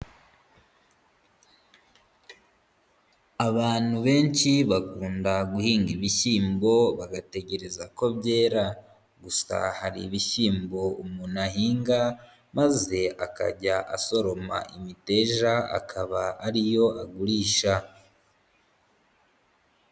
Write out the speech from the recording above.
Abantu benshi bakunda guhinga ibishyimbo bagategereza ko byera, gusa hari ibishyimbo umuntu ahinga maze akajya asoroma imiteja, akaba ariyo agurisha.